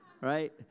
right